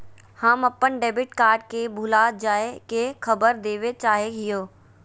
हम अप्पन debit card के भुला जाये के खबर देवे चाहे हियो